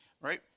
right